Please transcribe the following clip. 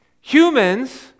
Humans